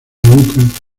nunca